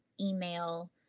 email